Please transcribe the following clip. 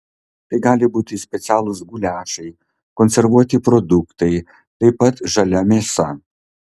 tai gali būti specialūs guliašai konservuoti produktai taip pat žalia mėsa